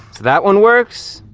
that one works.